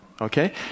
Okay